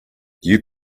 you